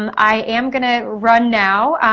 um i am gonna run now.